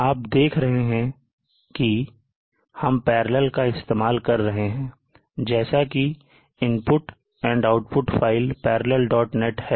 आप देख रहे हैं कि हम parallel का इस्तेमाल कर रहे हैंजैसे कि input and output file parallelnet है